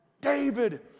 David